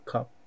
Cup